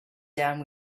down